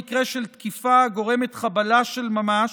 במקרה של תקיפה הגורמת חבלה של ממש